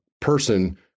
person